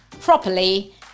properly